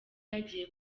yagiye